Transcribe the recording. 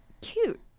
cute